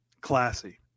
Classy